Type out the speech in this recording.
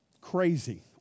Crazy